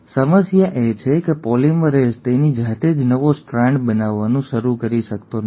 સમસ્યા એ છે કે પોલિમરેઝ તેની જાતે જ નવો સ્ટ્રાન્ડ બનાવવાનું શરૂ કરી શકતો નથી